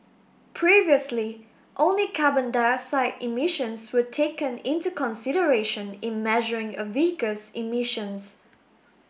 previously only carbon dioxide emissions were taken into consideration in measuring a vehicle's emissions